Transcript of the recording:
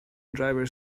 driver